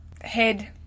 head